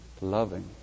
Loving